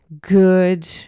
good